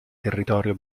territorio